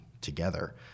together